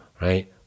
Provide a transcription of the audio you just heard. right